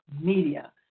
media